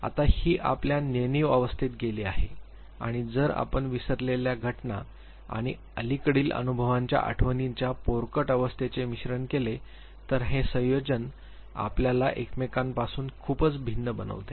आता ती आपल्या नेणीव अवस्थेत गेली आहे आणि जर आपण विसरलेल्या घटना आणि अलीकडील अनुभवांच्या आठवणीच्या पोरकट अवस्थेचे मिश्रण केले तर हे संयोजन आपल्याला एकमेकांपासून खूपच भिन्न बनवते